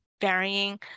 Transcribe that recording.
varying